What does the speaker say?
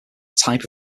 type